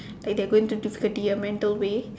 like they're going through difficulty a mental way